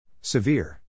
Severe